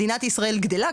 מדינת ישראל גדלה,